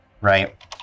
right